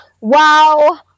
Wow